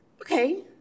Okay